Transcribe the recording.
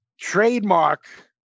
trademark